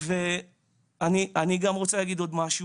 אני רוצה להגיד עוד משהו,